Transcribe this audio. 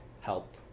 help